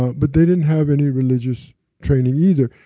ah but they didn't have any religious training either.